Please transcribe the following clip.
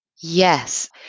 Yes